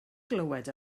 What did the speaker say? glywed